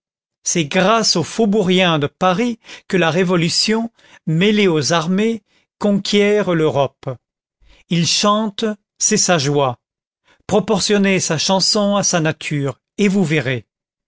c'est grâce au faubourien de paris que la révolution mêlée aux armées conquiert l'europe il chante c'est sa joie proportionnez sa chanson à sa nature et vous verrez